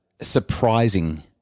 surprising